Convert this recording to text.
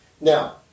Now